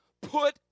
put